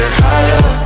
higher